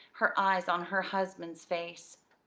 her eyes on her husband's face.